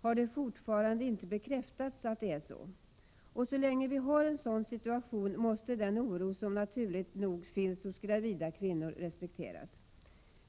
har det fortfarande inte bekräftats att det är så. Så länge vi har en sådan situation måste den oro som naturligt nog finns hos gravida kvinnor respekteras.